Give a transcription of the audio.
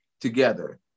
together